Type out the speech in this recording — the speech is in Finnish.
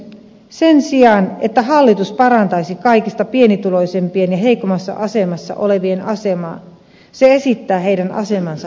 sen sijaan että hallitus parantaisi kaikista pienituloisimpien ja heikoimmassa asemassa olevien asemaa se esittää heidän asemansa heikentämistä